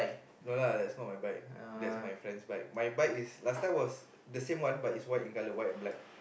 no lah that's not my bike that's my friend's bike my bike is last time was the same one but is white in colour white and black